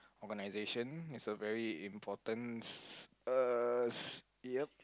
organisation is a very importance s~ uh yup